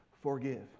forgive